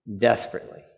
Desperately